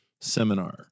seminar